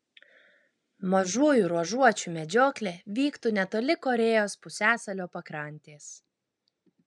mažųjų ruožuočių medžioklė vyktų netoli korėjos pusiasalio pakrantės